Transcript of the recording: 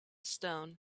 stone